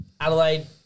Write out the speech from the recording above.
Adelaide